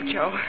Joe